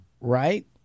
right